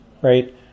right